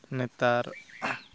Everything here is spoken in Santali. ᱱᱮᱛᱟᱨ